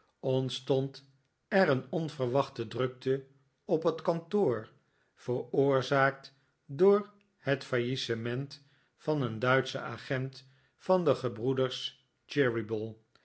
ontstond er een onverwachte drukte op het kantoor veroorzaakt door het faillissement van een duitschen agent van de gebroeders